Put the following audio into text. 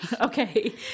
Okay